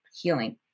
healing